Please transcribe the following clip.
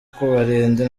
kubarinda